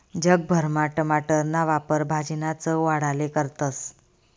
जग भरमा टमाटरना वापर भाजीना चव वाढाले करतस